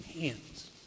hands